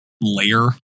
layer